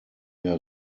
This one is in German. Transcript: der